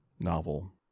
novel